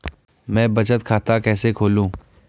मैं बचत खाता कैसे खोलूँ?